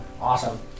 awesome